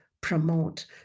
promote